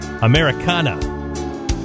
Americana